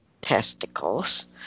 testicles